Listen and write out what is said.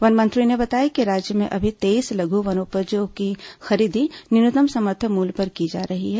one मंत्री ने बताया कि राज्य में अभी तेईस लघु वनोपजों की खरीदी न्यूनतम समर्थन मूल्य पर की जा रही है